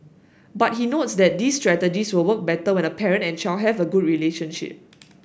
but he notes that these strategies will work better when a parent and child have a good relationship